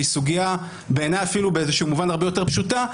שהיא סוגיה שבעיניי אפילו באיזשהו מובן הרבה יותר פשוטה,